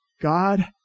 God